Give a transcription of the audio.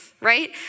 right